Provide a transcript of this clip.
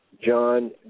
John